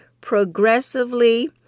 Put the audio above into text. progressively